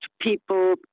people